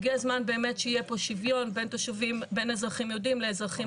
הגיע הזמן באמת שיהיה פה שוויון בין אזרחים יהודים לאזרחים